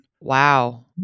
Wow